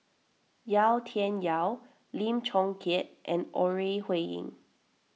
Yau Tian Yau Lim Chong Keat and Ore Huiying